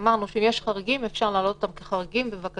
אמרנו שאם יש חריגים אפשר להעלות בקשה